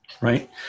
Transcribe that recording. Right